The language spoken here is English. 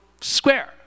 square